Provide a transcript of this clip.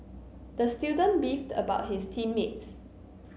the student beefed about his team mates